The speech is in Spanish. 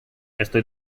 estoy